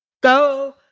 go